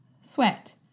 sweat